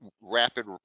rapid